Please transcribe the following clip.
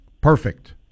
Perfect